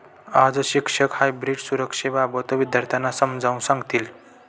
आज शिक्षक हायब्रीड सुरक्षेबाबत विद्यार्थ्यांना समजावून सांगतील